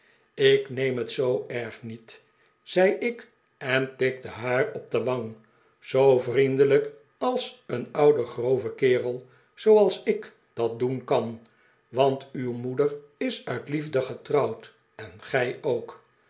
ik meen het zoo erg niet zei ik en tikte haar op de wang zoo vriendelijk als een oude grove kerel zooals ik dat doen kan want uw moeder is uit liefde getrouwd en gij ook